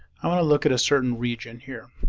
i want to look at a certain region here.